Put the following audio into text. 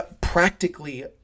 practically